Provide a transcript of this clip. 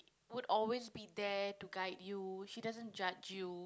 would always be there to guide you she doesn't judge you